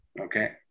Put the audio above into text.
okay